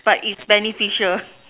but its beneficial